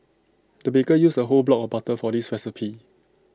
the baker used A whole block of butter for this recipe